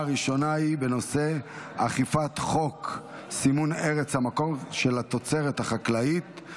ההצעה הראשונה היא בנושא: אכיפת חוק סימון ארץ המקור של התוצרת החקלאית.